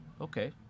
Okay